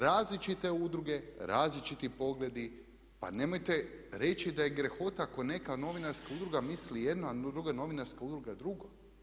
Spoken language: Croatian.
Različite udruge, različiti pogledi pa nemojte reći da je grehota ako neka novinarska udruga misli jedno, a druga novinarska udruga drugo.